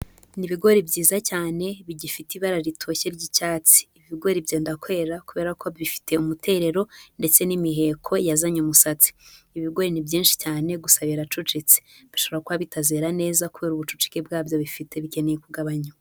Ni ibigori byiza cyane bigifite ibara ritoshye ry'icyatsi. Ibigori byenda kwera kubera ko bifite umuterero ndetse n'imiheko yazanye umusatsi. Ibi bigori ni byinshi cyane gusa biracucitse. Bishobora kuba bitazera neza kubera ubucucike bwabyo bifite bikeneye kugabanywa.